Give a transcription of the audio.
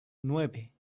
nueve